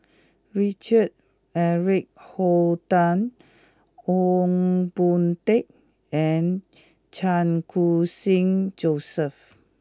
Richard Eric Holttum Ong Boon Tat and Chan Khun Sing Joseph